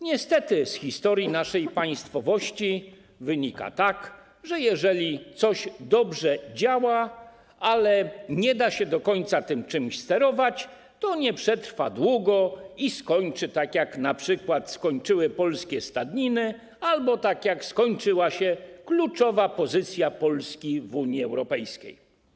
Niestety z historii naszej państwowości wynika, że jeżeli coś dobrze działa, ale nie da się do końca tym czymś sterować, to nie przetrwa to długo i skończy tak, jak np. skończyły polskie stadniny albo tak jak skończyła się kluczowa pozycja Polski w Unii Europejskiej.